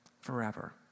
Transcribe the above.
forever